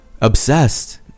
Obsessed